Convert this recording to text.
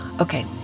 Okay